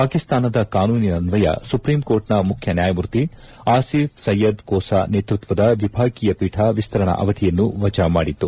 ಪಾಕಿಸ್ತಾನದ ಕಾನೂನಿನ್ನಯ ಸುಪ್ರೀಂ ಕೋರ್ಟ್ನ ಮುಖ್ಯ ನ್ನಾಯಮೂರ್ತಿ ಆಸೀಫ್ ಸೈಯದ್ ಕೋಸಾ ನೇತೃತ್ವದ ವಿಭಾಗೀಯ ಪೀಠ ವಿಸ್ತರಣಾ ಅವಧಿಯನ್ನು ವಜಾಮಾಡಿತು